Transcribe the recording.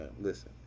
Listen